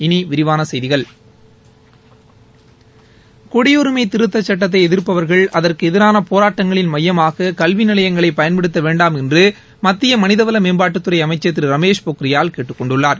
இனி விரிவான செய்திகள் குடியுரிமை திருத்தச் சுட்டத்தை எதிர்ப்பவர்கள் அதற்கு எதிரான போராட்டங்களின் மையமாக கல்வி நிலையங்களை பயன்படுத்த வேண்டாம் என்று மத்திய மனிதவள மேம்பாட்டுத்துறை அமைச்சர் திரு ரமேஷ் பொக்ரியால் கேட்டுக் கொண்டுள்ளார்